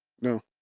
No